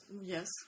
Yes